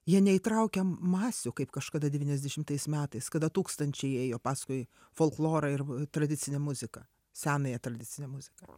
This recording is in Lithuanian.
jie neįtraukia masių kaip kažkada devyniasdešimtais metais kada tūkstančiai ėjo paskui folklorą ir tradicinę muziką senąją tradicinę muziką